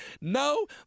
no